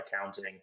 accounting